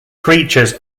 creatures